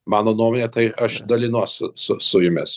mano nuomonę tai aš dalinuosi su jumis